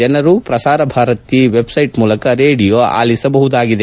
ಜನರು ಪ್ರಸಾರಭಾರತಿ ವೆಬ್ಸೈಟ್ ಮೂಲಕ ರೇಡಿಯೋ ಆಲಿಸಬಹುದಾಗಿದೆ